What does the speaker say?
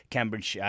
Cambridge